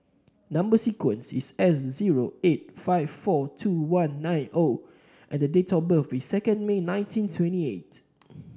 number sequence is S zero eight five four two one nine O and the date of birth is second May nineteen twenty eight